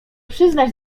przyznać